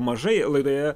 mažai laidoje